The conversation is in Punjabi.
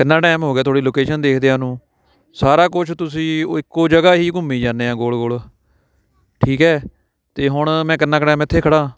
ਕਿੰਨਾਂ ਟਾਈਮ ਹੋ ਗਿਆ ਤੁਹਾਡੀ ਲੋਕੇਸ਼ਨ ਦੇਖਦਿਆਂ ਨੂੰ ਸਾਰਾ ਕੁਛ ਤੁਸੀਂ ਇੱਕੋ ਜਗ੍ਹਾ ਹੀ ਘੁੰਮੀ ਜਾਂਦੇ ਹਾਂ ਗੋਲ ਗੋਲ ਠੀਕ ਹੈ ਅਤੇ ਹੁਣ ਮੈਂ ਕਿੰਨਾਂ ਕੁ ਟਾਈਮ ਇੱਥੇ ਖੜ੍ਹਾਂ